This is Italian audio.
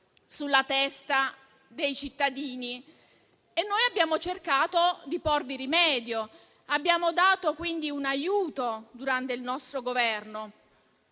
sulla testa dei cittadini. Noi abbiamo cercato di porvi rimedio e abbiamo dato un aiuto durante il nostro Governo.